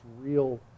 real